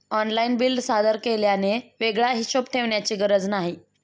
online bill सादर केल्याने वेगळा हिशोब ठेवण्याची गरज नाही